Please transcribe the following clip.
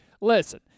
Listen